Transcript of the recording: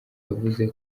yavuze